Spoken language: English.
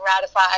ratify